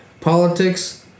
politics